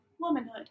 Womanhood